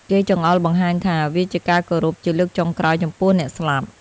គេចង្អុលបង្ហាញថា វាជាការគោរពជាលើកចុងក្រោយចំពោះអ្នកស្លាប់។